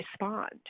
respond